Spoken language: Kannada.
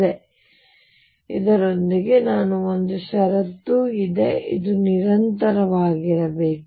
ಮತ್ತು ಇದರೊಂದಿಗೆ ಇನ್ನೂ ಒಂದು ಷರತ್ತು ಇದೆ ಇದು ನಿರಂತರವಾಗಿರಬೇಕು